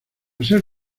ser